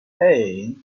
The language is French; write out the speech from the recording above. hey